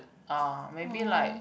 uh maybe like